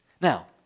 Now